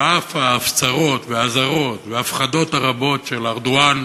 על אף ההפצרות והאזהרות וההפחדות הרבות של ארדואן